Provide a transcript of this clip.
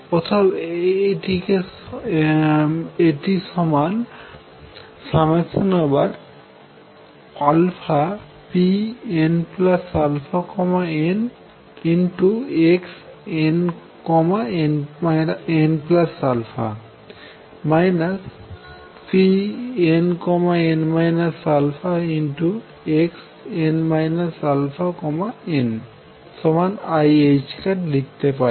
অতএব আমার এটিকে সমান pnαn xnnα pnn α xn αniℏলিখতে পারি